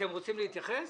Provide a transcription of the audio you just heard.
רוצים להתייחס?